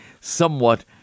somewhat